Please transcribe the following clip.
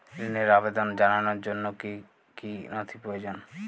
ঋনের আবেদন জানানোর জন্য কী কী নথি প্রয়োজন?